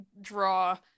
draw